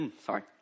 Sorry